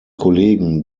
kollegen